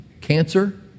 Cancer